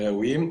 ראויים.